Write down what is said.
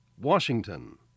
Washington